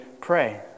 pray